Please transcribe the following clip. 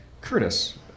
Curtis